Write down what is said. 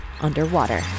Underwater